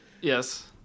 Yes